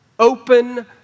Open